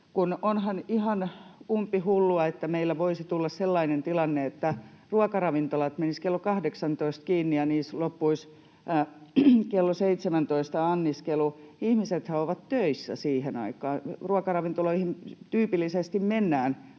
onhan ihan umpihullua, että meillä voisi tulla sellainen tilanne, että ruokaravintolat menisivät kello 18 kiinni ja niissä loppuisi kello 17 anniskelu. Ihmisethän ovat töissä siihen aikaan. Ruokaravintoloihin tyypillisesti mennään illalliselle